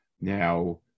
Now